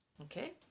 Okay